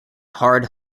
hard